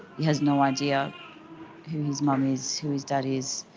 he has no idea who his mom is, who his dad is.